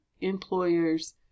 employers